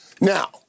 Now